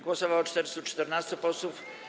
Głosowało 414 posłów.